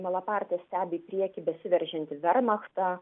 malaparti stebi į priekį besiveržiantį vermachtą